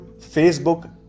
facebook